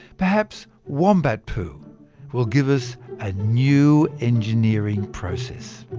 perhaps wombat poo will give us a new engineering process.